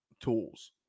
tools